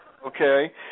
Okay